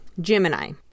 Gemini